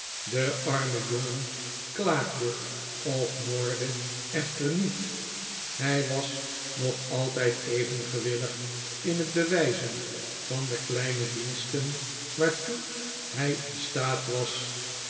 de arme jongen klaagde of morde echter niet hij was nog altijd even gewillig in het bewijzen van de kleine diensten waartoe hij in staat was